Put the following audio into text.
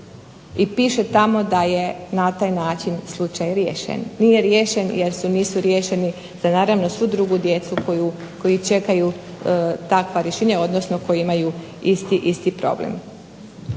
I piše tamo da je na taj način slučaj riješen. Nije riješen jer nisu riješeni, da naravno svu drugu djecu koji čekaju takva rješenja, odnosno koji imaju isti problem.